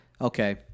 Okay